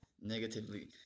negatively